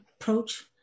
approach